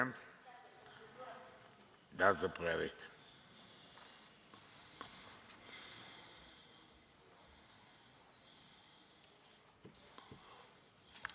Добре,